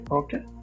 okay